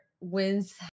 wins